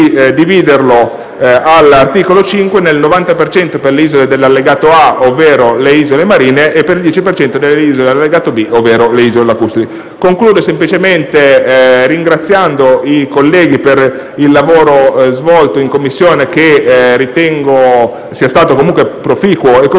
dividerlo, all'articolo 5, per il 90 per cento alle isole dell'allegato A, ovvero le isole marine, e per il 10 per cento alle isole di cui all'allegato B, ovvero le isole lacustri. Concludo semplicemente ringraziando i colleghi per il lavoro svolto in Commissione, che ritengo sia stato comunque proficuo e costruttivo.